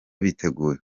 biteguye